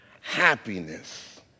happiness